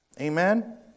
Amen